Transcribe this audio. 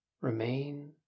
remain